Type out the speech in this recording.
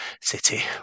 City